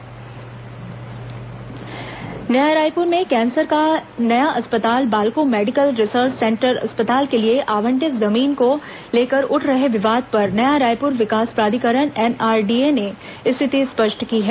अस्पताल एनआरडीए नया रायपुर में कैंसर का नया अस्पताल बालको मेडिकल रिसर्च सेंटर अस्पताल के लिए आवंटित जमीन को लेकर उठ रहे विवाद पर नया रायपुर विकास प्राधिकरण एनआरडीए ने स्थिति स्पष्ट की है